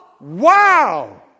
Wow